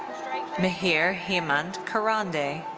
mihir hemant kurande.